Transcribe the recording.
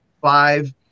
five